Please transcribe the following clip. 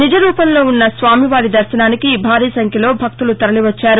నిజరూపంలో ఉన్న స్వామివారి దర్భనానికి భారీ సంఖ్యలో భక్తులు తరలివచ్చారు